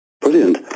Brilliant